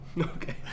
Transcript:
Okay